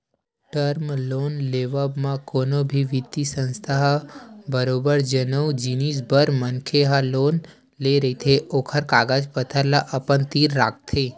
term loan लेवब म कोनो भी बित्तीय संस्था ह बरोबर जउन जिनिस बर मनखे ह लोन ले रहिथे ओखर कागज पतर ल अपन तीर राखथे